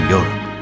Europe